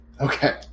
Okay